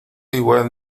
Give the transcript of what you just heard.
igual